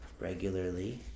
regularly